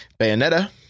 Bayonetta